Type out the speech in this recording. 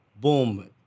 boom